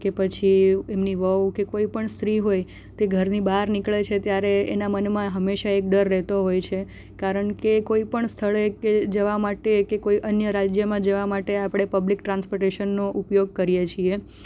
કે પછી એમની વહુ કે કોઈ પણ સ્ત્રી હોય તે ઘરની બહાર નીકળે છે ત્યારે એના મનમાં હંમેશા એક ડર રહેતો હોય છે કારણ કે કોઈ પણ સ્થળે કે જવા માટે કે કોઈ અન્ય રાજ્યમાં જવા માટે આપણે પબ્લિક ટ્રાન્સપોર્ટેશનનો ઉપયોગ કરીએ છીએ